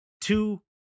Two